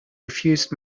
refused